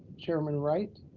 chairman wright,